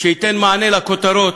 שייתן מענה לכותרות.